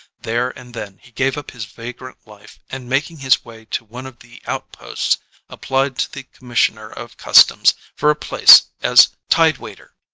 there and then he gave up his vagrant life and making his way to one of the out-ports applied to the commis sioner of customs for a place as tide-waiter.